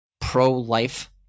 pro-life